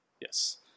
Yes